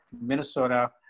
Minnesota